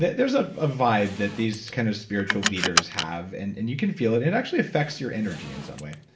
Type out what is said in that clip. there's ah a vibe that these kind of spiritual leaders have and and you can feel it. it actually affects your energy in some way.